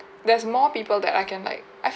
there's more people that I can like I